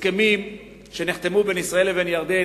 ההסכמים שנחתמו בין ישראל לבין ירדן,